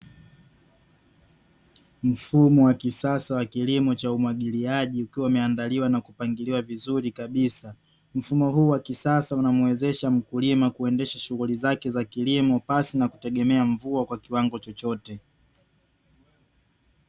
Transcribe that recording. Mfuma wa kisasa wa kilimo cha umwagiliaji ukiwa umeandaliwa na kupangiliwa vizuri kabisa. Mfumo huu wa kisasa unamwezesha mkulima kuendesha shughuli zake za kilimo pasina kutegemea mvua kwa kiwango chochote.